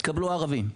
התקבלו ערבים,